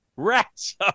rats